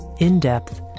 in-depth